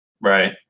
Right